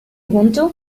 ubuntu